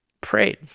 prayed